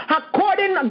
according